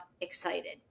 excited